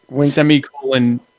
semicolon